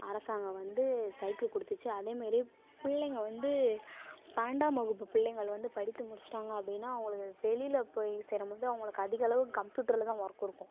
அரசாங்கம் வந்து சைக்கிள் கொடுத்துச்சி அதே மாரி பிள்ளைங்க வந்து பன்னெண்டாம் வகுப்பு பிள்ளைங்கள் வந்து படித்து முடிச்சுட்டாங்க அப்படின்னா அவங்களுக்கு வெளியில் போய் சேரும் போது அவங்களுக்கு அதிக அளவு கம்ப்யூட்டரில் தான் ஒர்க் இருக்கும்